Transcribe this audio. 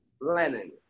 Lennon